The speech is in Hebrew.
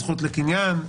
הזכות לקניין,